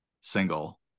single